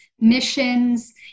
missions